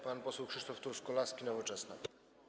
Pan poseł Krzysztof Truskolaski, Nowoczesna.